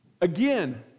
again